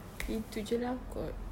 itu saja lah kot